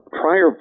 prior